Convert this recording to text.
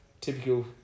Typical